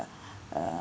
err